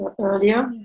earlier